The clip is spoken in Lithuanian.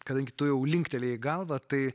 kadangi tu jau linktelėjai galvą tai